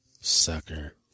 Sucker